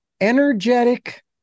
Energetic